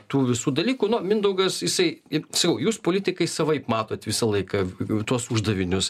tų visų dalykų nu mindaugas jisai sakau jūs politikai savaip matot visą laiką tuos uždavinius